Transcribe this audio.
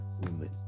women